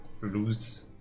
lose